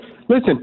Listen